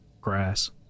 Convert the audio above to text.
grass